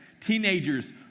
Teenagers